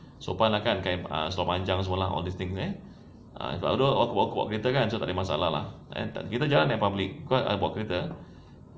sopan lah kan kain seluar panjang semua all these things eh ah aku bawa kereta kan so tak ada masalah lah kita jarang naik public because I jarang naik kereta